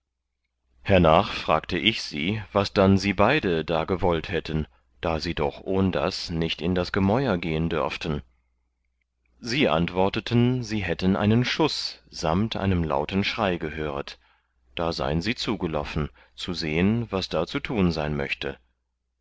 hernach fragte ich sie was dann sie beide da gewollt hätten da sie doch ohndas nicht in das gemäur gehen dörften sie antworteten sie hätten einen schuß samt einem lauten schrei gehöret da sein sie zugeloffen zu sehen was da zu tun sein möchte